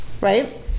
right